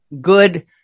good